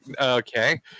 okay